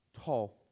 tall